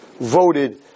voted